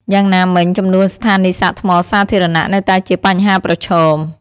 យ៉ាងណាមិញ ចំនួនស្ថានីយ៍សាកថ្មសាធារណៈនៅតែជាបញ្ហាប្រឈម។